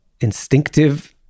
instinctive